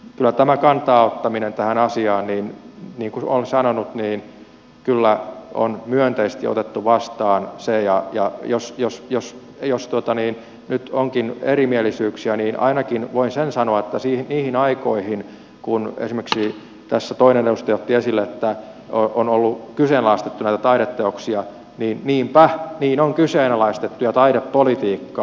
kyllä tämä tähän asiaan kantaa ottaminen niin kuin olen sanonut on myönteisesti otettu vastaan ja jos nyt onkin erimielisyyksiä niin ainakin voin sen sanoa kun esimerkiksi tässä toinen edustaja otti esille niitä aikoja kun on kyseenalaistettu näitä taideteoksia että niinpä niin on kyseenalaistettu ja taidepolitiikkaa